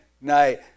night